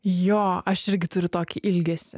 jo aš irgi turiu tokį ilgesį